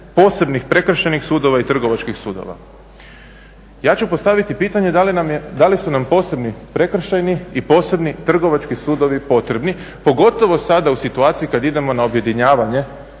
posebnih prekršajnih sudova i trgovačkih sudova. Ja ću postaviti pitanje da li su nam posebni prekršajni i posebni trgovački sudovi potrebni pogotovo sada u situaciji kad idemo na objedinjavanje